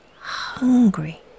hungry